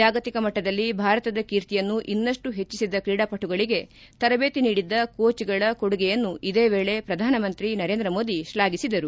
ಜಾಗತಿಕ ಮಟ್ಟದಲ್ಲಿ ಭಾರತದ ಕೀರ್ತಿಯನ್ನು ಇನ್ನಷ್ಟು ಹೆಚ್ಚಿಸಿದ ಕ್ರೀಡಾಪಟುಗಳಿಗೆ ತರಬೇತಿ ನೀಡಿದ್ದ ಕೋಚ್ಗಳ ಕೊಡುಗೆಯನ್ನು ಇದೇ ವೇಳೆ ಪ್ರಧಾನಮಂತ್ರಿ ನರೇಂದ್ರ ಮೋದಿ ಶ್ಲಾಘಿಸಿದರು